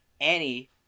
Annie